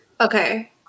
Okay